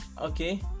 okay